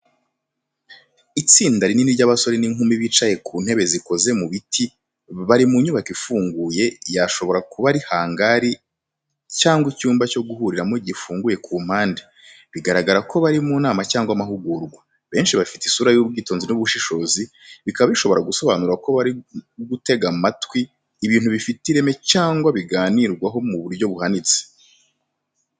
Itsinda rinini ry’abasore n’inkumi bicaye mu ntebe z’ikoze mu biti, bari mu nyubako ifunguye, yashobora kuba ari hangari cyangwa icyumba cyo guhuriramo gifunguye ku mpande, bigaragara ko bari mu nama cyangwa amahugurwa. Benshi bafite isura y’ubwitonzi n’ubushishozi bikaba bishobora gusobanura ko barimo gutega amatwi ibintu bifite ireme cyangwa biganirwaho n’uburyo buhanitse.